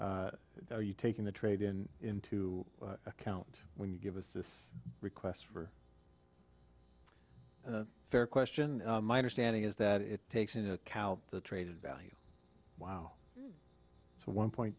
are you taking the trade in into account when you give us this request for fair question my understanding is that it takes into account the trade value wow so one point